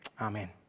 Amen